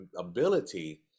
ability